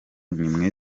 nimwe